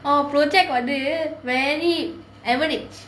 oh project வந்து:vanthu very average